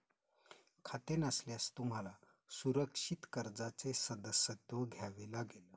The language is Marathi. खाते नसल्यास तुम्हाला सुरक्षित कर्जाचे सदस्यत्व घ्यावे लागेल